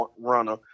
runner